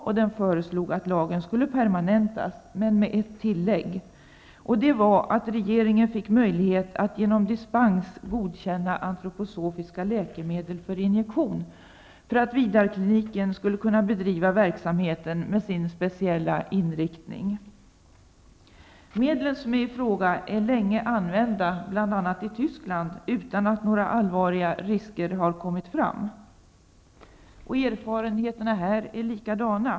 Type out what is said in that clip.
Kommittén föreslog att lagen skulle permanentas, men med ett tillägg, och det var att regeringen fick möjlighet att genom dispens godkänna antroposofiska läkemedel för injektion, för att Vidarkliniken skulle kunna bedriva verksamheten med sin speciella inriktning. Medlen i fråga är länge använda, bl.a. i Tyskland, utan att några allvarliga risker har kommit fram. Erfarenheterna här är lika.